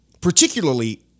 particularly